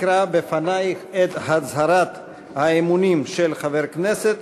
אקרא בפנייך את הצהרת האמונים של חבר הכנסת,